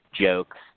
jokes